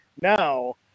Now